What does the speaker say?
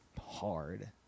hard